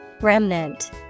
Remnant